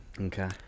Okay